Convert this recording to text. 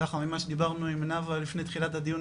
ככה ממה שדיברנו עם נאוה לפני תחילת הדיון,